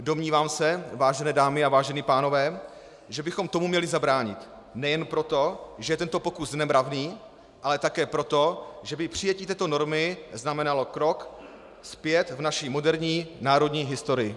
Domnívám se, vážené dámy a vážení pánové, že bychom tomu měli zabránit nejen proto, že tento pokus je nevratný, ale také proto, že by přijetí této normy znamenalo krok zpět v naší moderní národní historii.